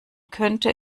könnte